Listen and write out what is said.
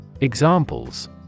Examples